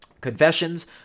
Confessions